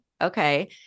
Okay